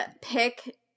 pick